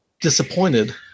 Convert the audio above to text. disappointed